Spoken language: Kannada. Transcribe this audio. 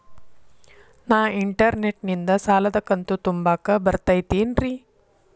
ನಾ ಇಂಟರ್ನೆಟ್ ನಿಂದ ಸಾಲದ ಕಂತು ತುಂಬಾಕ್ ಬರತೈತೇನ್ರೇ?